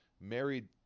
married